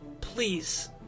please